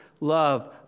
love